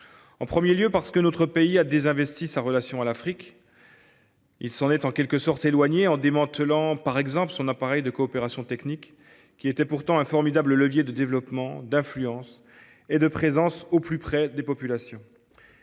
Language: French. La raison en est que notre pays a désinvesti sa relation à l’Afrique. Il s’en est en quelque sorte éloigné, en démantelant par exemple son appareil de coopération technique, qui était pourtant un formidable levier de développement, d’influence et de présence au plus près des populations.